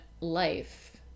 life